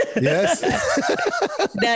Yes